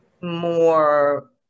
more